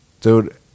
Dude